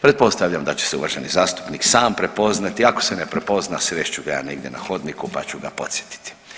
Pretpostavljam da će se uvaženi zastupnik sam prepoznati, ako se ne prepozna srest ću ga ja negdje na hodniku pa ću podsjetiti.